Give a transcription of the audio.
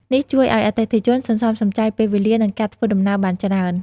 នេះជួយឲ្យអតិថិជនសន្សំសំចៃពេលវេលា និងការធ្វើដំណើរបានច្រើន។